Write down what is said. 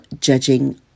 judging